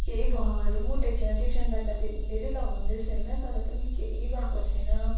केही भुवाहरू पनि उठेको छैन ट्युसन जान्दा दिन डेल्ली लगाउँदैछु होइन तर पनि केही भएको छैन